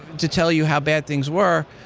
to tell you how bad things were,